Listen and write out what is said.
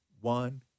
one